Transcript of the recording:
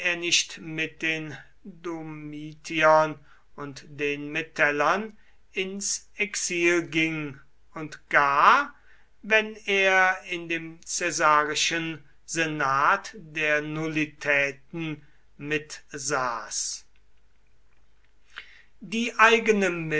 nicht mit den domitiern und den metellern ins exil ging und gar wenn er in dem caesarischen senat der nullitäten mitsaß die eigene